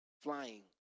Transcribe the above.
flying